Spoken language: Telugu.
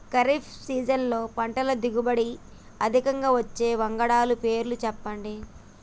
ఖరీఫ్ సీజన్లో పంటల దిగుబడి అధికంగా వచ్చే వంగడాల పేర్లు చెప్పండి?